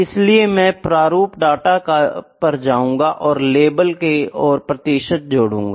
इसलिए मैं प्रारूप डेटा पर जाऊंगा और लेबल और प्रतिशत जोडूगा